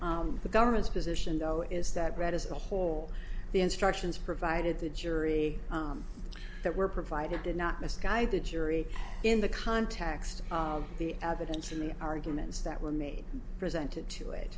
the government's position though is that read as a whole the instructions provided the jury that were provided did not misguided jury in the context of the evidence and the arguments that were made presented to it